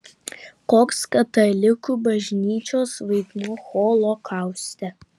koks katalikų bažnyčios vaidmuo holokauste